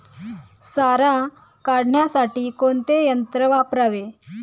सारा काढण्यासाठी कोणते यंत्र वापरावे?